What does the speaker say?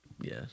Yes